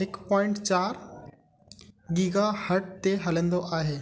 हिकु पोइंट चार गीगाहर्ट ते हलंदो आहे